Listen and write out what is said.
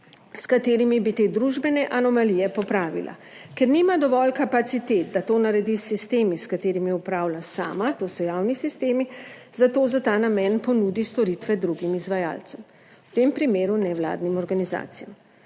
s katerimi bi te družbene anomalije popravila. Ker nima dovolj kapacitet, da to naredi s sistemi s katerimi upravlja sama, to so javni sistemi, zato za ta namen ponudi storitve drugim izvajalcem, v tem primeru nevladnim organizacijam.